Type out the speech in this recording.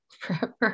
forever